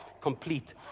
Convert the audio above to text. complete